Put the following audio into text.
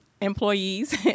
employees